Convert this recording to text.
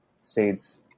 seeds